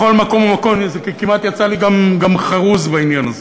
בכל מקום ומקום, כמעט יצא לי חרוז בעניין הזה.